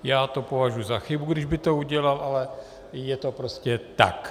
Já to považuji za chybu, kdyby to udělal, ale je to prostě tak.